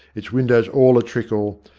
its windows all a-trickle,